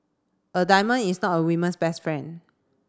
a diamond is not a women's best friend